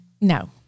No